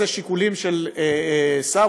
אלה שיקולים של שר,